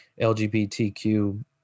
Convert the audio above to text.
LGBTQ